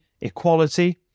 equality